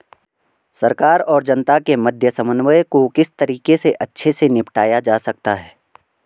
सरकार और जनता के मध्य समन्वय को किस तरीके से अच्छे से निपटाया जा सकता है?